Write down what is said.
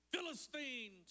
Philistines